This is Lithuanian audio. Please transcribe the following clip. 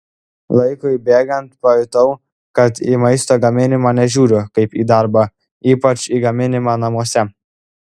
laikui bėgant pajutau kad į maisto gaminimą nežiūriu kaip į darbą ypač į gaminimą namuose